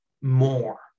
more